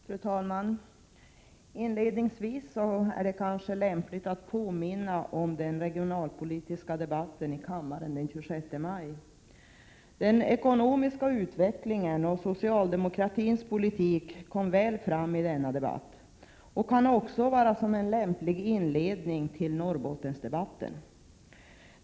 Fru talman! Inledningsvis är det kanske lämpligt att påminna om den regionalpolitiska debatten i kammaren den 26 maj. Den ekonomiska utvecklingen och socialdemokratins politik kom väl fram i denna debatt och kan också vara en lämplig inledning till Norrbottensdebatten.